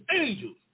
angels